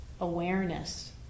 awareness